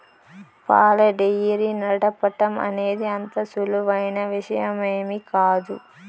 పాల డెయిరీ నడపటం అనేది అంత సులువైన విషయమేమీ కాదు